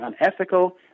unethical